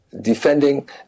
defending